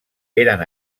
eren